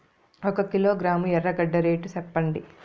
ఒక కిలోగ్రాము ఎర్రగడ్డ రేటు సెప్పండి?